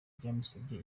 byamusabye